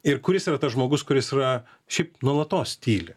ir kuris yra tas žmogus kuris yra šiaip nuolatos tyli